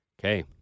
Okay